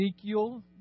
Ezekiel